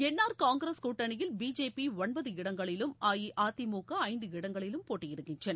என் R Congress கூட்டணியில் B J P ஒன்பது இடங்களிலும் அ இ அ தி மு க ஐந்து இடங்களிலும் போட்டியிடுகின்றன